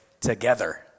together